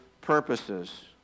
purposes